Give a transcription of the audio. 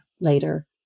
later